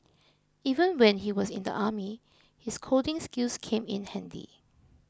even when he was in the army his coding skills came in handy